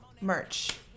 merch